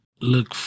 look